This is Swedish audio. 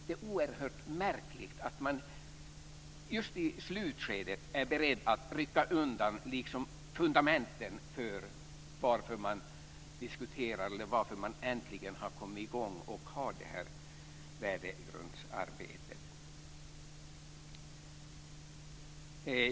Det är oerhört märklig att man just i slutskedet är beredd att liksom rycka undan fundamenten för det diskussionen gäller när vi äntligen har kommit i gång med det här värdegrundsarbetet.